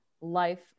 life